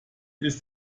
ist